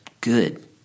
good